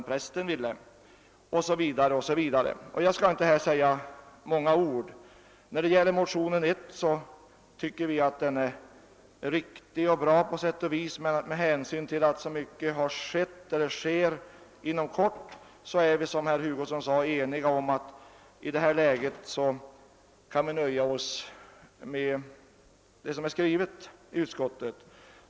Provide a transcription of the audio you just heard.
Motionen II: 1143 tycker vi är riktig och bra på sätt och vis, men med hänsyn till att så mycket redan skett eller inom kort kommer att ske är vi, som herr Hugosson sade, ense om att vi i detta läge kan nöja oss med vad som är skrivet i utskottsutlåtandet.